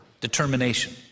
determination